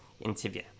interview